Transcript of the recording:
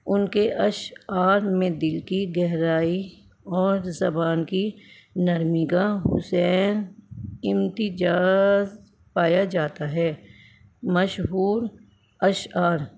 ان کے اشعار میں دل کی گہرائی اور زبان کی نرمی کا حسین امتزاج پایا جاتا ہے مشہور اشعار